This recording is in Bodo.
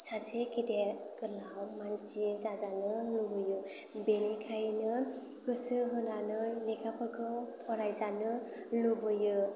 सासे गेदेर गोलाव मानसि जाजानो लुबैयो बेनिखायनो गोसो होनानै लेखाफोरखौ फरायजानो लुबैयो